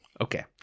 Okay